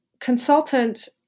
consultant